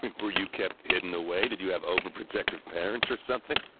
were you kept hidden away? did you have overprotective parents, or something?